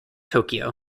tokyo